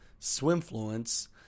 SwimFluence